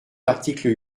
l’article